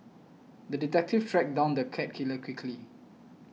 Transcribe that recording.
the detective tracked down the cat killer quickly